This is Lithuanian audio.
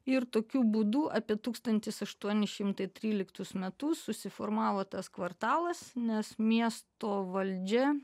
ir tokiu būdu apie tūkstantis aštuoni šimtai tryliktus metus susiformavo tas kvartalas nes miesto valdžia